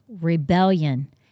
rebellion